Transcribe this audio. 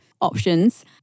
options